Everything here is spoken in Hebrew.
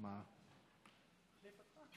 ממשלת הריפוי,